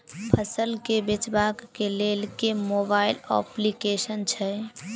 फसल केँ बेचबाक केँ लेल केँ मोबाइल अप्लिकेशन छैय?